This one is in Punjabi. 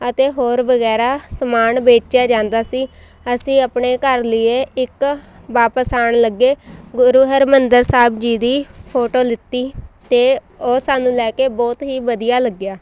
ਅਤੇ ਹੋਰ ਵਗੈਰਾ ਸਮਾਨ ਵੇਚਿਆ ਜਾਂਦਾ ਸੀ ਅਸੀਂ ਆਪਣੇ ਘਰ ਲਈ ਇੱਕ ਵਾਪਸ ਆਉਣ ਲੱਗੇ ਗੁਰੂ ਹਰਿਮੰਦਰ ਸਾਹਿਬ ਜੀ ਦੀ ਫੋਟੋ ਲਿੱਤੀ ਅਤੇ ਉਹ ਸਾਨੂੰ ਲੈ ਕੇ ਬਹੁਤ ਹੀ ਵਧੀਆ ਲੱਗਿਆ